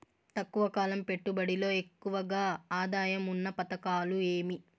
తక్కువ కాలం పెట్టుబడిలో ఎక్కువగా ఆదాయం ఉన్న పథకాలు ఏమి?